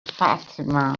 fatima